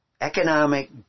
economic